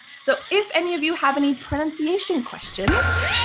so if any of you have any pronunciation questions,